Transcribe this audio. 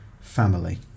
family